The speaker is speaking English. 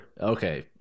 Okay